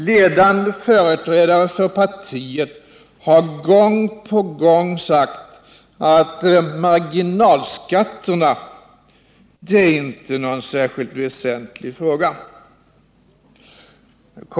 Ledande företrädare för partiet har gång på gång sagt att marginalskatterna inte är någon särskilt väsentlig fråga.